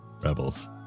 Rebels